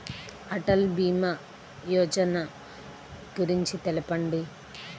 అటల్ భీమా యోజన గురించి తెలుపండి?